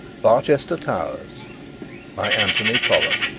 barchester towers by anthony trollope